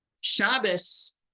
Shabbos